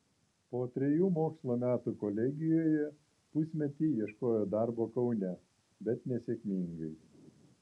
po trejų mokslo metų kolegijoje pusmetį ieškojo darbo kaune bet nesėkmingai